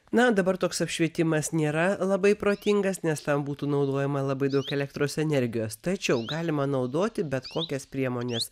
na dabar toks apšvietimas nėra labai protingas nes tam būtų naudojama labai daug elektros energijos tačiau galima naudoti bet kokias priemones